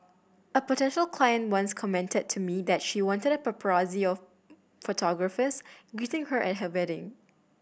a potential client once commented to me that she wanted a paparazzi of photographers greeting her at her wedding